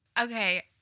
okay